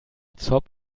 zob